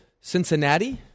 Cincinnati